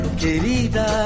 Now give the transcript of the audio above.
querida